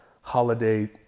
holiday